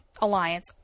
Alliance